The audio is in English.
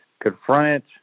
confront